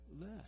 less